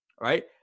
right